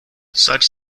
such